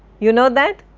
you know that?